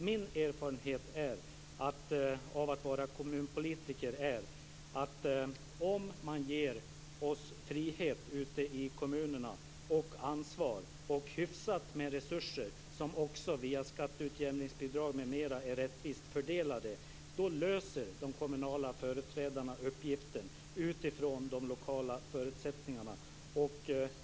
Min erfarenhet av att vara kommunpolitiker är att om man ger de kommunala företrädarna frihet och ansvar och hyfsat med resurser, som också via skatteutjämningsbidrag m.m. är rättvist fördelade, löser de uppgiften utifrån de lokala förutsättningarna.